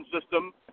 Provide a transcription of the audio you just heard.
system